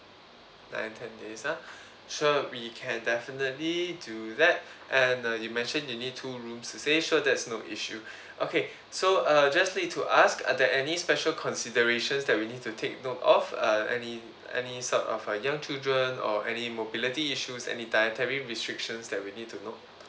nine ten days ah sure we can definitely do that and you mention you need two rooms to stay so that's no issue okay so uh just need to ask are there any special considerations that we need to take note of uh any any sort of young children or any mobility issues any dietary restrictions that we need to note